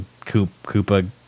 Koopa